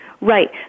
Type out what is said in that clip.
Right